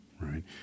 right